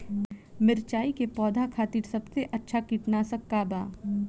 मिरचाई के पौधा खातिर सबसे अच्छा कीटनाशक का बा?